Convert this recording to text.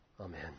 Amen